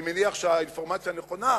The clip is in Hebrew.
אני מניח שהאינפורמציה נכונה,